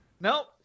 Nope